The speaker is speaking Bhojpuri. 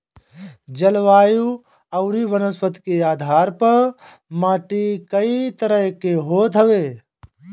जलवायु अउरी वनस्पति के आधार पअ माटी कई तरह के होत हवे